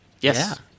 Yes